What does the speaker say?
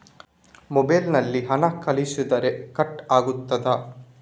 Mobile ನಲ್ಲಿ ಹಣ ಕಳುಹಿಸಿದರೆ ಹಣ ಕಟ್ ಆಗುತ್ತದಾ?